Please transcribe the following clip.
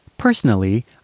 Personally